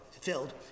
filled